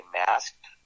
masked